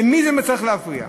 למי זה צריך להפריע?